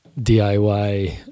diy